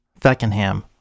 Feckenham